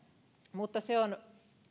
mutta se on